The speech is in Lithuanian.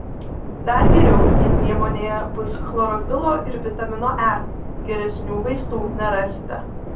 dar geriau jei priemonėje bus chlorofilo ir vitamino e geresnių vaistų nerasite